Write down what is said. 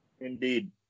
Indeed